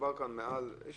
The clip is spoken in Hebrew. אנחנו